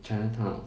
chinatown